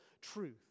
truth